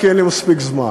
רק אין לי מספיק זמן.